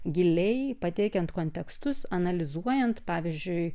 giliai pateikiant kontekstus analizuojant pavyzdžiui